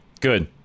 Good